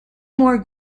more